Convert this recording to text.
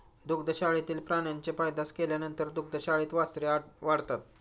दुग्धशाळेतील प्राण्यांची पैदास केल्यानंतर दुग्धशाळेत वासरे वाढतात